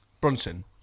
Brunson